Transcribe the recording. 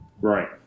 Right